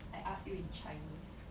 I ask you in Chinese